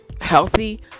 healthy